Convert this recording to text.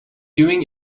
doing